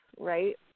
right